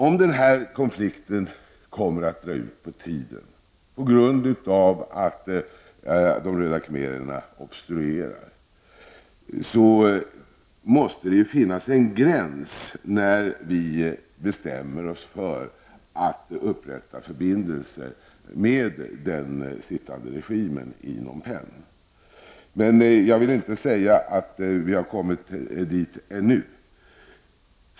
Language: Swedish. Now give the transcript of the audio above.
Om konflikten drar ut på tiden på grund av att de röda khmererna obstruerar, måste det finnas en gräns där vi bestämmer oss för att upprätta förbindelser med den sittande regimen i Phnom Penh. Jag vill inte säga att vi kommit dit ännu.